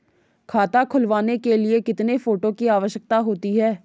खाता खुलवाने के लिए कितने फोटो की आवश्यकता होती है?